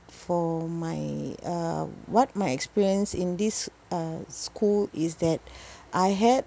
for my uh what my experience in this uh school is that I had